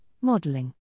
modeling